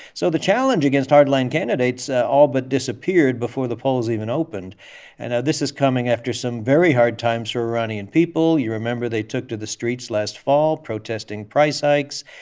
so the challenge against hard-line candidates all but disappeared before the polls even opened and this is coming after some very hard times for iranian people. you remember they took to the streets last fall protesting price hikes,